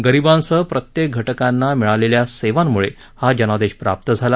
गरीबांसह प्रत्येक घटकांना मिळालेल्या सेवांमुळे हा जनादेश प्राप्त झाला